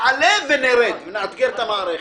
נעלה ונרד ונאתגר את המערכת.